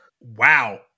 Wow